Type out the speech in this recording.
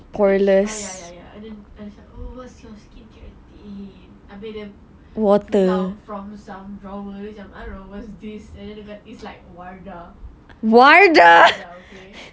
oh ya ya ya and then macam oh what's your skin abeh dia pull out from some drawer yang I don't know and then it's like wardah wardah okay